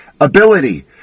ability